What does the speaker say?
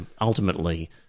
ultimately